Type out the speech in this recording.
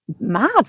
Mad